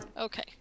Okay